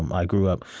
um i grew up,